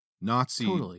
Nazi